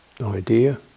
idea